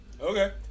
Okay